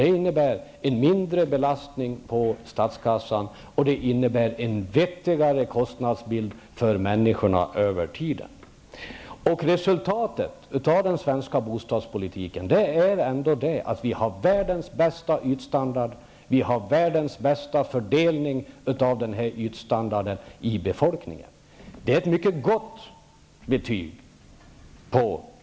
Det innebär en mindre belastning på statskassan och en vettigare kostnadsbild för människorna över tiden. Resultatet av den svenska bostadspolitiken är ändå att vi har världens bästa ytstandard, vi har världens bästa fördelning av denna ytstandard över befolkningen. Det är ett mycket gott betyg.